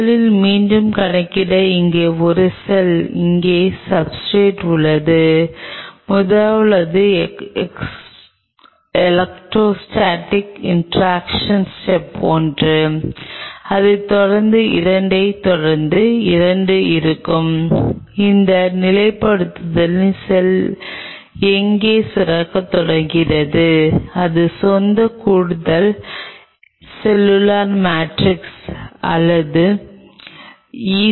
முதலில் மீண்டும் கணக்கிட இங்கே ஒரு செல் இங்கே சப்ஸ்ர்டேட் உள்ளது முதலாவது எலக்ட்ரோ ஸ்டேடிக் இன்டராக்ஷன் ஸ்டெப் ஒன்று அதைத் தொடர்ந்து 2 ஐத் தொடர்ந்து 2 இருக்கும் அந்த நிலைப்படுத்தலின் செல் எங்கே சுரக்கத் தொடங்குகிறது அது சொந்த கூடுதல் செல்லுலார் மேட்ரிக்ஸ் அல்லது ஈ